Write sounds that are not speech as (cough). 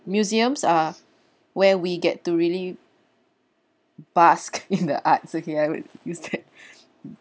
museums are where we get to really bask (laughs) in the arts it's okay I will use that